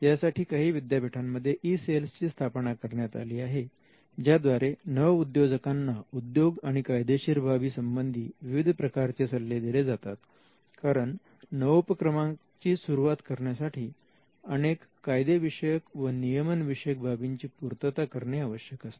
यासाठी काही विद्यापीठांमध्ये ई सेल्स ची स्थापना करण्यात आली आहे ज्याद्वारे नवउद्योजकांना उद्योग आणि कायदेशीर बाबी संबंधी विविध प्रकारचे सल्ले दिले जातात कारण नवोपक्रमांची सुरुवात करण्यासाठी अनेक कायदे विषयक व नियमन विषयक बाबींची पूर्तता करणे आवश्यक असते